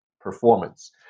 performance